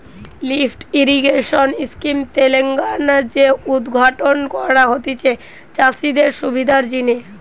lift irrigation scheme Telangana তে উদ্ঘাটন করা হতিছে চাষিদের সুবিধার জিনে